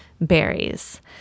berries